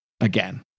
again